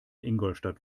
ingolstadt